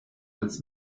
als